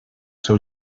seu